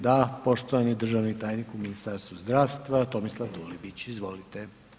Da, poštovani državni tajnik u Ministarstvu zdravstva, Tomislav Dulibić, izvolite.